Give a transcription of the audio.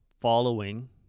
following